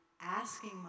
asking